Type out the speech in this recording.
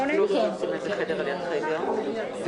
שסוטים מההוראות הרגילות של התקנון של חמש דקות